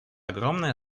огромная